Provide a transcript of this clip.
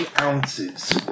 ounces